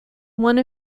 one